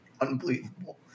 unbelievable